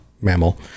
mammal